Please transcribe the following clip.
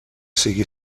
sigui